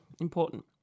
Important